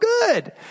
good